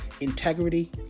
integrity